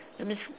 that means